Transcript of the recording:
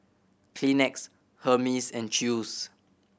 Kleenex Hermes and Chew's